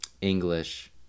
English